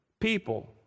people